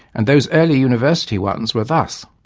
and those early university ones were thus.